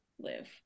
live